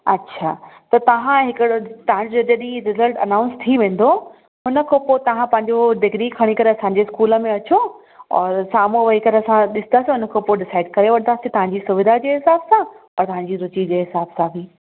अच्छा त तव्हां हिकिड़ो तव्हांजो जॾहिं रिज़ल्ट अनाऊंस थी वेंदो उनखा पोइ तव्हां पंहिंजो डीगिरी खणी करे असांजे स्कूल में अचो और साम्हूं वेई करे असां ॾिसंदासीं उनखां पोइ डिसाईड करे वठिदासीं तव्हांजी सुविधा जे हिसाब सां त तव्हांजी रूची जे हिसाब सां बि